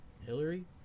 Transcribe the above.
Hillary